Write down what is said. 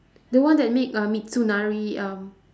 the one that made uh mitsunari um